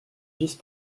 vice